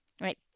right